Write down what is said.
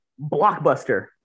Blockbuster